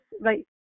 right